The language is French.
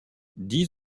dix